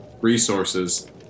resources